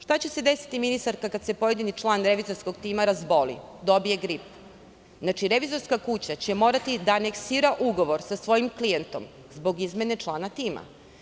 Šta će se desiti ministarka, kada se pojedini član revizorskog tima razboli, dobije grip, znači revizorska kuća će morati da aneksira ugovor sa svojim klijentom zbog izmene člana tima.